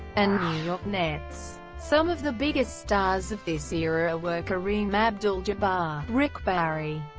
and new york nets. some of the biggest stars of this era were kareem abdul-jabbar, rick barry,